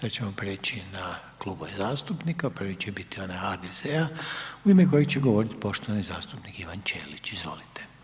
Sad ćemo prijeći na klubove zastupnika, prvi će biti onaj HDZ-a u ime kojeg će govorit poštovani zastupnik Ivan Ćelić, izvolite.